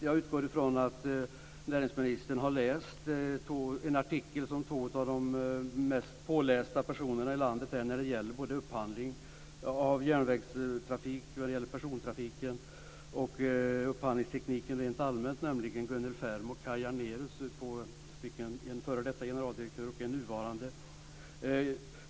Jag utgår från att näringsministern har läst en artikel av två av de mest pålästa personerna i landet när det gäller såväl upphandling av järnvägstrafik och persontrafik som upphandlingstekniken rent allmänt. Det är Gunnel Färm och Kaj Janérus, en f.d. generaldirektör och en nuvarande.